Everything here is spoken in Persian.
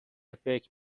فکر